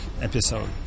episode